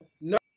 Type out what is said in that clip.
No